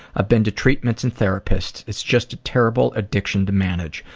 i've been to treatments and therapists. it's just a terrible addiction to manage.